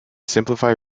simplify